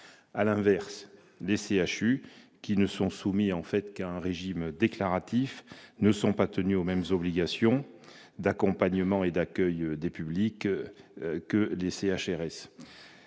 À l'inverse, les CHU, qui ne sont soumis qu'à un régime déclaratif, ne sont pas tenus aux mêmes obligations d'accueil et d'accompagnement des publics que les CHRS.